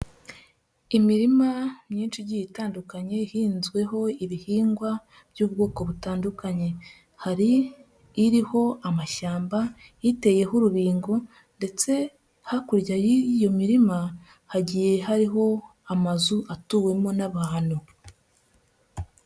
Imirima myinshi igiye itandukanye ihinzweho ibihingwa by'ubwoko butandukanye, hari iriho amashyamba, iteyeho urubingo ndetse hakurya y'iyo mirima hagiye hariho amazu atuwemo n'abantu.